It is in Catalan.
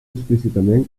explícitament